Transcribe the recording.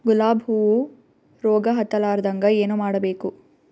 ಗುಲಾಬ್ ಹೂವು ರೋಗ ಹತ್ತಲಾರದಂಗ ಏನು ಮಾಡಬೇಕು?